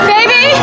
Baby